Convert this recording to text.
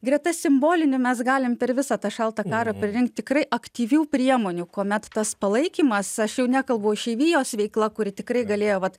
greta simbolinių mes galim per visą tą šaltą karą pririnkt tikrai aktyvių priemonių kuomet tas palaikymas aš jau nekalbu išeivijos veikla kuri tikrai galėjo vat